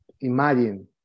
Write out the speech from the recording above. imagine